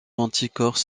anticorps